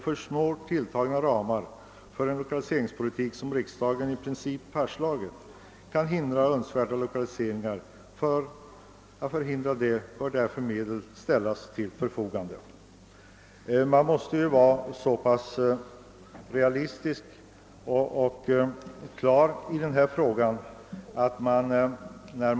För snålt tilltagna ramar för den lokaliseringspolitik som riksdagen i princip fastslagit kan hindra önskvärda lokaliseringar. För att undvika detta bör därför medel ställas till förfogande. Man måste vara realistisk och ha denna fråga klar för sig.